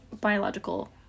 biological